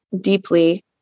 deeply